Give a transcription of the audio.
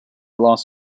lost